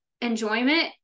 enjoyment